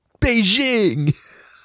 Beijing